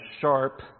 sharp